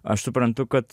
aš suprantu kad